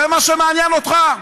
זה מה שמעניין אותך?